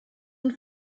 und